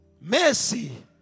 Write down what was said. Mercy